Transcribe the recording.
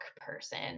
person